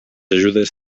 ajudes